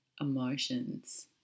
emotions